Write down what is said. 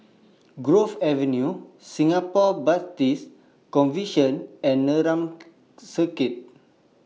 Grove Avenue Singapore Baptist Convention and Neram Crescent